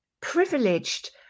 privileged